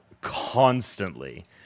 constantly